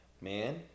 man